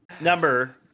Number